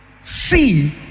see